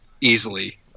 easily